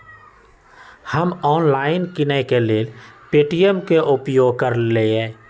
हम ऑनलाइन किनेकेँ लेल पे.टी.एम के उपयोग करइले